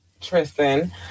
tristan